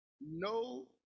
no